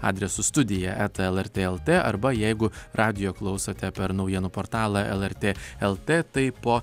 adresu studija eta lrt lt arba jeigu radijo klausote per naujienų portalą lrt lrt tai po